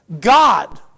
God